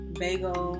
bagel